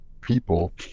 people